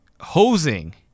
hosing